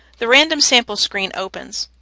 the random sample screen opens.